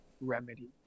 remedy